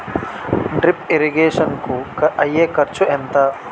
Drip irrigation కూ అయ్యే ఖర్చు ఎంత?